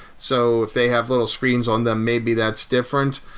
so if they have little screens on them, maybe that's different.